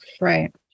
Right